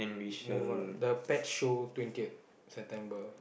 move on ah the pet show twentieth September